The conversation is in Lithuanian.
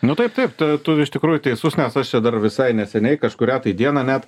nu taip taip tada tu iš tikrųjų teisus nes aš čia dar visai neseniai kažkurią tai dieną net